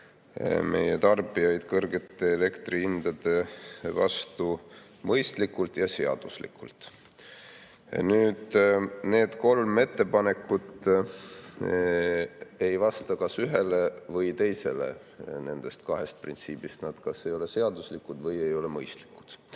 meie tarbijaid kõrgete elektri hindade vastu mõistlikult ja seaduslikult. Nüüd, need kolm ettepanekut ei vasta kas ühele või teisele nendest kahest printsiibist, nad kas ei ole seaduslikud või ei ole mõistlikud.